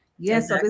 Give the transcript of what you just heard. Yes